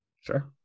Sure